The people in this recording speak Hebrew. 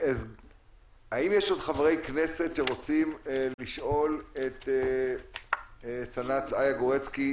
האם יש עוד חברי כנסת שרוצים לשאול שאלות את סנ"צ איה גורצקי?